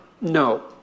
no